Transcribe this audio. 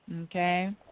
Okay